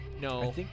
No